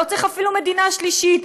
לא צריך אפילו מדינה שלישית.